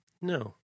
No